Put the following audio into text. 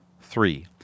Three